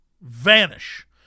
Vanish